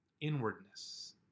inwardness